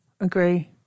Agree